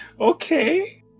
Okay